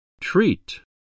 Treat